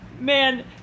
man